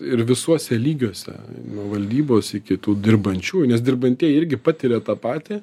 ir visuose lygiuose nuo valdybos iki tų dirbančiųjų nes dirbantieji irgi patiria tą patį